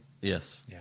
Yes